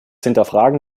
hinterfragen